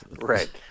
right